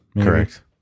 correct